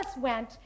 went